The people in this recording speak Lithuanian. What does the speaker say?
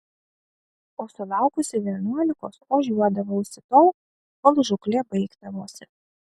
o sulaukusi vienuolikos ožiuodavausi tol kol žūklė baigdavosi